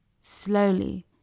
slowly